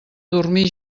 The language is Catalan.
dormir